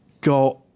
got